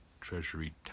treasury